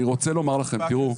אני רוצה לומר לכם, תראו.